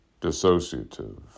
dissociative